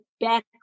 back